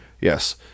Yes